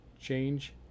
change